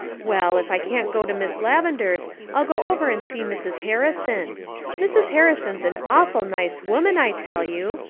well, if i can't go to miss lavendar's i'll go over and see mrs. harrison mrs. harrison's an awful nice woman, i tell you.